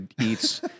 eats